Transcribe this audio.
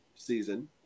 season